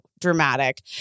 dramatic